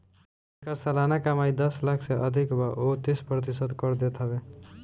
जेकर सलाना कमाई दस लाख से अधिका बा उ तीस प्रतिशत कर देत हवे